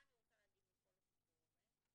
מה אני רוצה להגיד מכל הסיפור הזה?